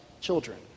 children